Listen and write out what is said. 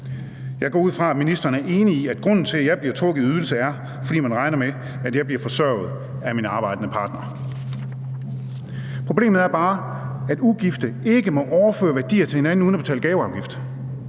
Jeg går ud fra, at ministeren er enig i, at grunden til, at jeg bliver trukket i ydelse, er, at man regner med, at jeg bliver forsørget af min arbejdende partner. Problemet er bare, at ugifte ikke må overføre værdier til hinanden uden at betale gaveafgift.